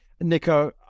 Nico